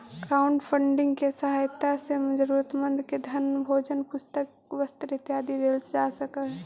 crowdfunding के सहायता से जरूरतमंद के धन भोजन पुस्तक वस्त्र इत्यादि देल जा सकऽ हई